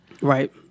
Right